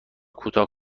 کوتاه